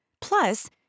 Plus